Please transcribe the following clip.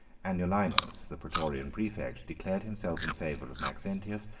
anulinus, the praetorian praefect, declared himself in favor of maxentius,